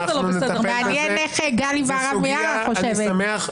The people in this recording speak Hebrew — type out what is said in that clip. מעניין איך גלי בהרב מיארה חושבת?